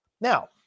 Now